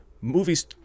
movies